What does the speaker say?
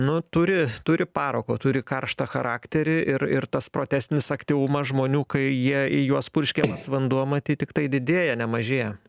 nu turi turi parako turi karštą charakterį ir ir tas procesinis aktyvumas žmonių kai jie į juos purškiamas vanduo matyt tiktai didėja ne mažėja